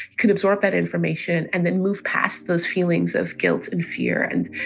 could absorb that information and then move past those feelings of guilt and fear and